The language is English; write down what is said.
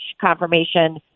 confirmation